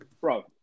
bro